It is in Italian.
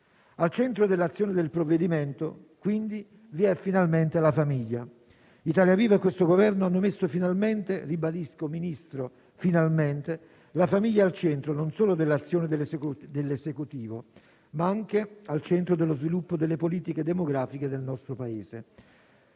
Al centro dell'azione del provvedimento, quindi, vi è finalmente la famiglia. Italia Viva e questo Governo hanno finalmente - e sottolineo l'avverbio, signor Ministro - messo la famiglia al centro non solo dell'azione dell'Esecutivo, ma anche dello sviluppo delle politiche demografiche del nostro Paese.